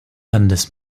landes